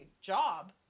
job